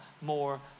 more